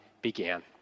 began